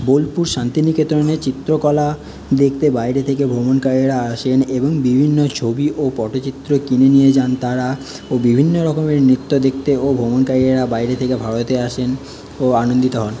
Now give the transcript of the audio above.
বোলপুর শান্তিনিকেতনে চিত্রকলা দেখতে বাইরে থেকে ভ্রমণকারীরা আসেন এবং বিভিন্ন ছবি ও পটচিত্র কিনে নিয়ে যান তারা ও বিভিন্ন রকমের নৃত্য দেখতে ও ভ্রমণকারীরা বাইরে থেকে ভারতে আসেন ও আনন্দিত হন